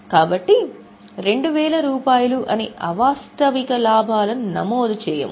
కాబట్టి 2000 రూపాయలు అనే అవాస్తవిక లాభాలను నమోదు చేయము